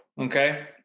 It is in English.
okay